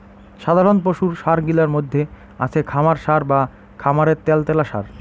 সাধারণ পশুর সার গিলার মইধ্যে আছে খামার সার বা খামারের ত্যালত্যালা সার